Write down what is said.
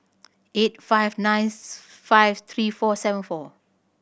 eight five nine five three four seven four